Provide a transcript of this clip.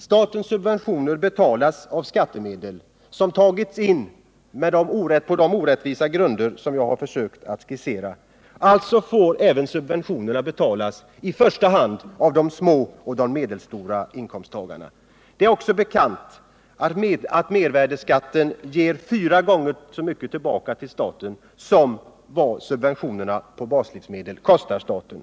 Statens subventioner betalas av skattemedel, som tas in på de orättvisa grunder som jag har försökt skissera — alltså får även subventionerna betalas i första hand av lågoch medelinkomsttagarna. Det är också bekant att mervärdeskatten ger fyra gånger så mycket tillbaka till staten som subventionerna på baslivsmedel kostar staten.